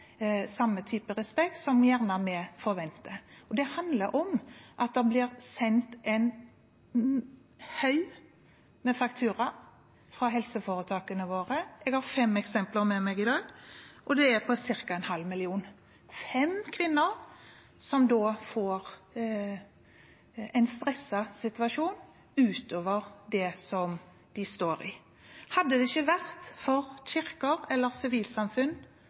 type respekt som vi gjerne forventer. Det handler om at det blir sendt en haug med fakturaer fra helseforetakene våre, og jeg har fem eksempler med meg i dag. De er på cirka en halv million kroner – fem kvinner som da får en stresset situasjon utover det som de står i. Hadde det ikke vært for innsatsen fra kirker, fra sivilsamfunn